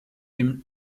dem